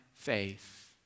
Faith